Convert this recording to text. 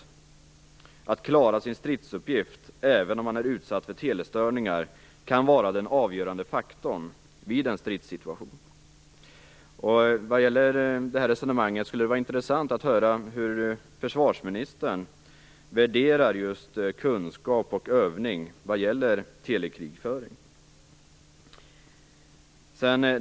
Förmågan att klara sin stridsuppgift även om man är utsatt för telestörningar kan vara den avgörande faktorn vid en stridssituation. Det skulle vara intressant att höra hur försvarsministern värderar just kunskap och övning när det gäller telekrigföring.